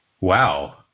Wow